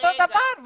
אותו דבר,